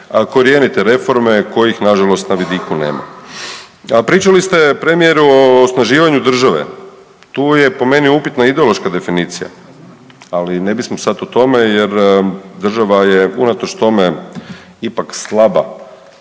korijenite reforme kojih nažalost na vidiku nema. A pričali ste premijeru o osnaživanju države, tu je po meni upitna ideološka definicija, ali ne bismo sad o tome jer država je unatoč tome ipak slaba,